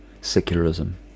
Secularism